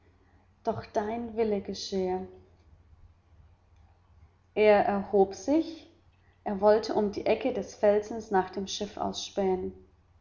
doch dein wille geschehe er erhob sich er wollte um die ecke des felsens nach dem schiff ausspähen